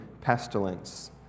pestilence